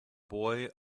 boy